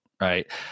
right